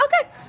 Okay